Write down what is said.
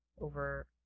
over